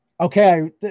okay